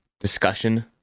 discussion